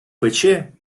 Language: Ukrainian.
пече